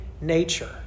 nature